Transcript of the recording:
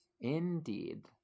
Indeed